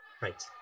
Right